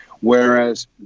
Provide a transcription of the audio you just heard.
whereas